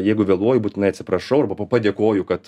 jeigu vėluoju būtinai atsiprašau arba padėkoju kad